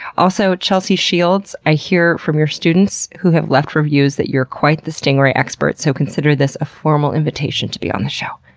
also, chelsea shields, i hear from your students who have left reviews that you're quite the stingray expert. so, consider this a formal invitation to be on the show.